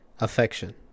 affection